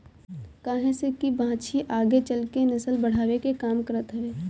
काहे से की बाछी आगे चल के नसल बढ़ावे के काम करत हवे